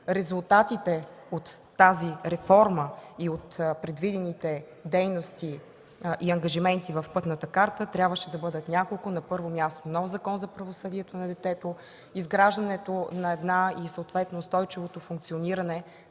Резултатите от тази реформа и от предвидените дейности и ангажименти в Пътната карта трябваше да бъдат няколко – на първо място нов Закон за правосъдието на детето, изграждането, и съответно устойчивото функциониране